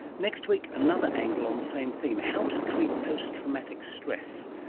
next week, another angle on the same theme how to treat post-traumatic stress,